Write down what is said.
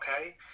okay